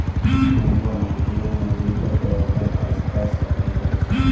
नंगा माटी या मौजूदा पौधाक आसपास लगाल जा छेक